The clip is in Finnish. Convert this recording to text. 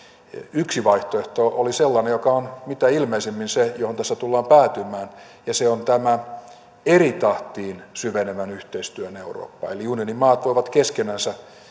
yksi vaihtoehto oli sellainen joka on mitä ilmeisimmin se johon tässä tullaan päätymään ja se on tämä eri tahtiin syvenevän yhteistyön eurooppa eli unionin maat voivat keskenänsä